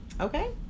okay